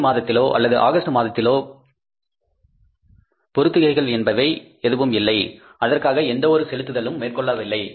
ஜூலை மாதத்திலோ அல்லது ஆகஸ்ட் மாதத்திலோ பொருத்துகைகள் என்பது எதுவும் இல்லை அதற்காக எந்த ஒரு செலுத்துதலும் மேற்கொள்ளவில்லை